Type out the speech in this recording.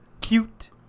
cute